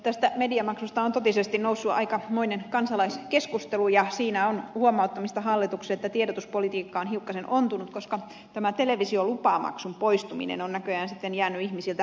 tästä mediamaksusta on totisesti noussut aikamoinen kansalaiskeskustelu ja siinä on huomauttamista hallitukselle että tiedotuspolitiikka on hiukkasen ontunut koska tämä televisiolupamaksun poistuminen on näköjään jäänyt ihmisiltä ymmärtämättä